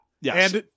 Yes